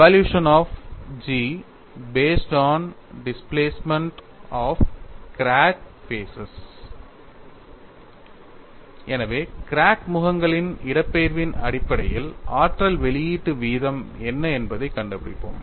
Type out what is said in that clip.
evaluation of G based on displacement of crack faces எனவே crack முகங்களின் இடப்பெயர்வின் அடிப்படையில் ஆற்றல் வெளியீட்டு வீதம் என்ன என்பதைக் கண்டுபிடிப்போம்